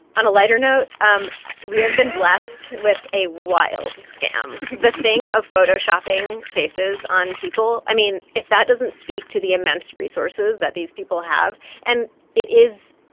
lighter note, um we have been blessed with a wild scam. the thing of photoshopping faces on people i mean, if that doesn't speak to the immense resources that these people have and it is,